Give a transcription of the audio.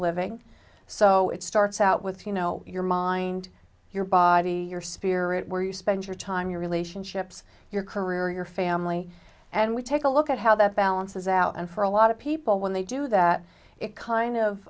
living so it starts out with you know your mind your body your spirit where you spend your time your relationships your career your family and we take a look at how that balances out and for a lot of people when they do that it kind